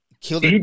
killed